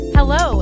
Hello